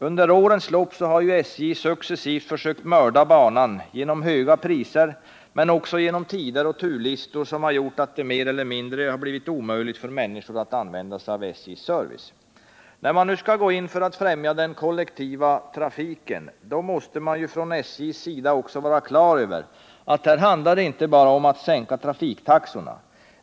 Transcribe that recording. Under årens lopp har SJ successivt försökt mörda banan genom höga priser, men också genom tider och turlistor, som har gjort det mer eller mindre omöjligt för människor att använda sig av SJ:s service. När man nu skall gå in för att främja den kollektiva trafiken måste man från SJ:s sida också vara på det klara med att det inte bara handlar om att sänka trafiktaxorna.